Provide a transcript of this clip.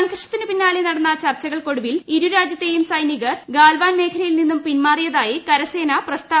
സംഘർഷത്തിനു പിന്നാലെ നടന്ന ചർച്ചകൾക്കൊടുവിൽ ഇരുരാജ്യത്തെയും സൈനികർ ഗാൽവാൻ മേഖലയിൽ നിന്നും പിൻമാറിയതായി കരസേന പ്രസ്താവനയിൽ അറിയിച്ചു